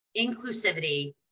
inclusivity